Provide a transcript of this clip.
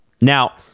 Now